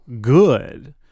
good